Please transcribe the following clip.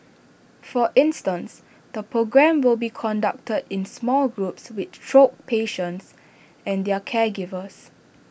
for instance the programme will be conducted in small groups with the stroke patients and their caregivers